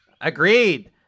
Agreed